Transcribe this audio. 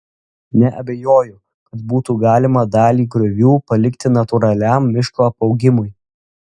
neabejoju kad būtų galima dalį griovių palikti natūraliam miško apaugimui